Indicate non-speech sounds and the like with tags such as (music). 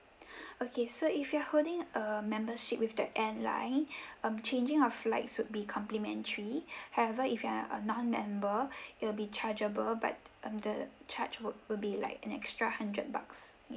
(breath) okay so if you are holding a membership with the airline (breath) um changing of flights would be complimentary (breath) however if you're a non member (breath) it'll be chargeable but um the charge would would be like an extra hundred bucks